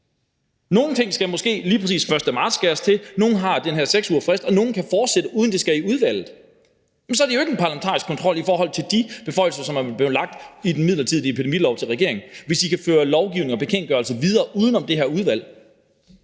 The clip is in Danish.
Nogle ting skal måske lige præcis den 1. marts skæres til, nogle har den her 6-ugersfrist, og nogle kan fortsætte, uden at de skal i udvalget. Jamen så er det jo ikke en parlamentarisk kontrol i forhold til de beføjelser, som er blevet lagt i den midlertidige epidemilov til regeringen, hvis I kan føre lovgivning og bekendtgørelser videre uden om det her udvalg.